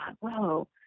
Whoa